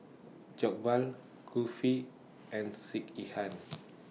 Jokbal Kulfi and Sekihan